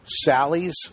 Sally's